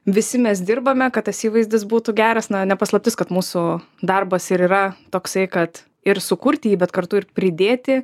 visi mes dirbame kad tas įvaizdis būtų geras na ne paslaptis kad mūsų darbas ir yra toksai kad ir sukurti jį bet kartu ir pridėti